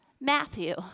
Matthew